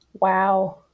Wow